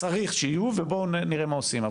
צריך שיהיו ובואו נראה מה עושים.